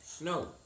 No